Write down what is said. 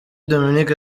dominique